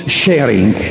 sharing